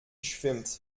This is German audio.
schwimmt